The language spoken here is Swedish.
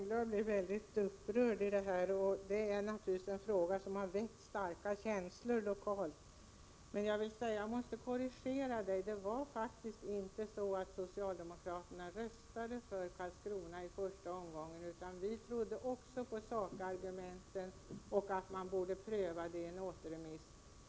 Herr talman! Hans Lindblad blir mycket upprörd, och detta är naturligtvis en fråga som väckt starka känslor lokalt. Men jag måste korrigera honom. Socialdemokraterna röstade faktiskt inte för Karlskrona i första omgången, utan vi trodde också på sakargumenten och ansåg att frågan borde prövas genom en återremiss.